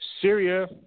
Syria